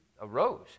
arose